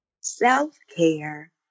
self-care